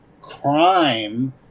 crime